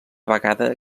vegada